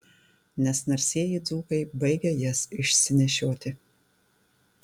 nes narsieji dzūkai baigia jas išsinešioti